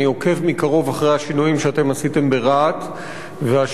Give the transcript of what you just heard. אני עוקב מקרוב אחרי השינויים שאתם עשיתם ברהט והשינוי